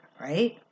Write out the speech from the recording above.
right